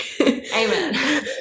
Amen